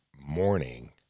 morning